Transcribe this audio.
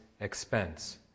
expense